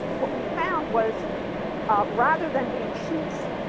what we found was rather than being sheets,